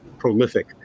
prolific